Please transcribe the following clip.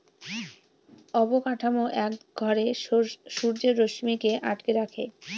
অবকাঠামো এক ঘরে সূর্যের রশ্মিকে আটকে রাখে